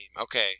Okay